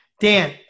Dan